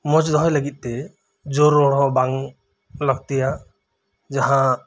ᱢᱚᱸᱡ ᱫᱚᱦᱚᱭ ᱞᱟᱹᱜᱤᱫ ᱛᱮ ᱡᱳᱨ ᱨᱚᱲ ᱦᱚᱸ ᱵᱟᱝ ᱞᱟᱹᱠᱛᱤᱭᱟ ᱡᱟᱦᱟᱸ